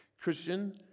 Christian